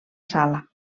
sala